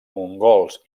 mongols